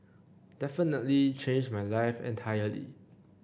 definitely changed my life entirely